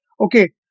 okay